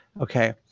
Okay